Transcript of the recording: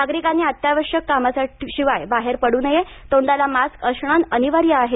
नागरिकांनी अत्यावश्यक कामाशिवाय घराबाहेर पड्र नये तोंडाला मास्क असणं अनिवार्य आहे